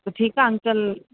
त ठीकु आहे अंकल